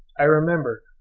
i remember,